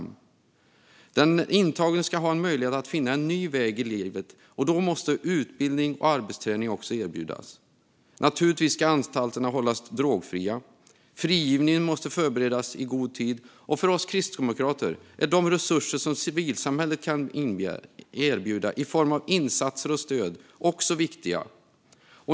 För att den intagne ska ha möjlighet att finna en ny väg i livet måste utbildning och arbetsträning erbjudas. Naturligtvis ska anstalterna hållas drogfria. Frigivningen måste förberedas i god tid. För oss kristdemokrater är också de resurser som civilsamhället kan erbjuda i form av insatser och stöd viktiga.